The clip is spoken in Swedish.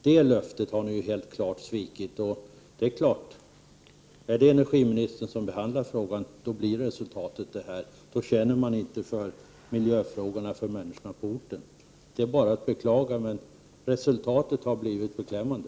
Det löftet har ni alltså helt klart svikit. Men -— och det är helt tydligt — när det är energiministern som behandlar frågan blir resultatet detta. Då känner man inte för miljöfrågorna, för människorna på orten. Det är bara att beklaga. Resultatet är beklämmande.